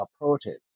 approaches